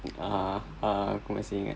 ah ah aku masih ingat